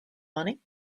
money